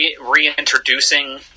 reintroducing